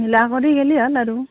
কৰি গলি হ'ল আৰু